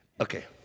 okay